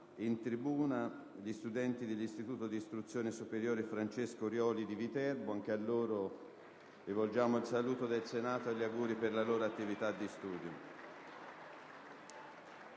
in tribuna gli studenti dell'Istituto di istruzione superiore «Francesco Orioli» di Viterbo. Rivolgiamo a loro il saluto del Senato e gli auguri per la loro attività di studio.